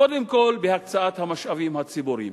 קודם כול בהקצאת המשאבים הציבוריים.